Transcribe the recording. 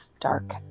dark